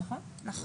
נכון?